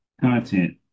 content